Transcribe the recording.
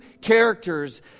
characters